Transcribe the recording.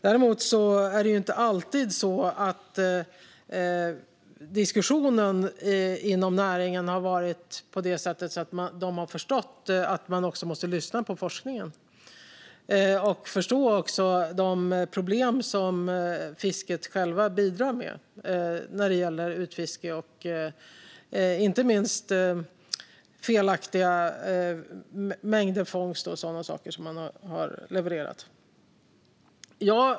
Däremot är det inte alltid som diskussionen inom näringen har varit på det sättet att de har förstått att man måste lyssna till forskningen och förstå de problem som fisket självt bidrar med när det gäller utfiske och, inte minst, felaktiga fångstmängder och sådana saker som man har levererat.